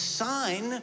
sign